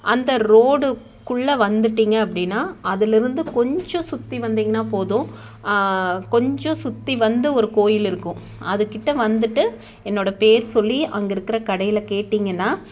அந்த ரோடுக்குள்ள வந்துட்டிங்க அப்படின்னா அதிலிருந்து கொஞ்சம் சுற்றி வந்திங்கனா போதும் கொஞ்சம் சுற்றி வந்து ஒரு கோவில் இருக்கும் அதுக்கிட்ட வந்துட்டு என்னோடய பேர் சொல்லி அங்கிருக்கிற கடையில் கேட்டிங்கன்னா